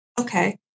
Okay